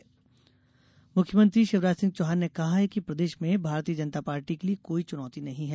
मुख्यमंत्री रतलाम मुख्यमंत्री शिवराज सिंह चौहान ने कहा है कि प्रदेश में भारतीय जनता पार्टी के लिये कोई चुनौती नहीं है